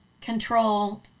control